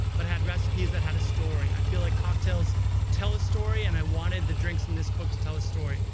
but had recipes that had a story. i feel like cocktails tell a story, and i wanted the drinks in this book to tell a story.